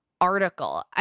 Article